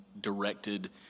directed